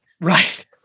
Right